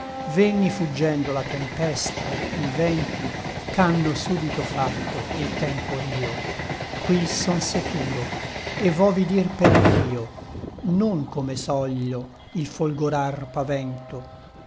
venni fuggendo la tempesta e l vento c'ànno súbito fatto il tempo rio qui son securo et vo vi dir perch'io non come soglio il folgorar pavento